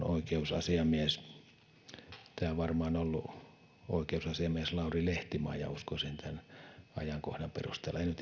oikeusasiamies tämä on varmaan ollut oikeusasiamies lauri lehtimaja uskoisin tämän ajankohdan perusteella en